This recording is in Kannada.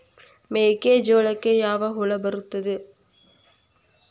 ಮೆಕ್ಕೆಜೋಳಕ್ಕೆ ಯಾವ ಹುಳ ಬರುತ್ತದೆ?